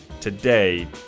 today